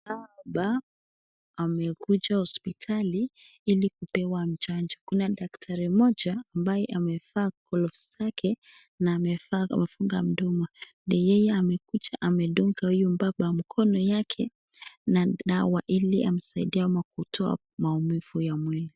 Baba amekuja hospitali ili kupewa mchanjo. Kuna daktari moja ambaye amefaa glovu zake na amefunga mdomo. Ni yeye amekuja amedunga huyu baba mkono yake na dawa ili amsaidie ama kutoa maumivu ya mwili.